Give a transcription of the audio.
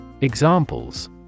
Examples